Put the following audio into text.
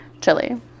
Chili